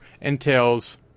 entails